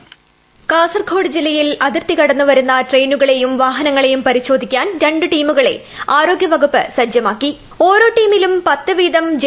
പരിശോധന വോയിസ് കാസർഗോഡ് ജില്ലയിൽ അതിർത്തി കടന്ന് വരുന്ന ട്രെയിനുകളെയും വാഹനങ്ങളെയും പരിശോധിക്കാൻ ര് ടീമുകളെ ആരോഗ്യ വകുപ്പ് ഓരോ ടീമിലും പത്ത് വീതം ജെ